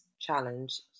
challenge